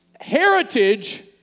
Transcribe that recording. heritage